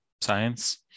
science